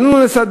תנו לנו לסדר,